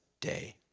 day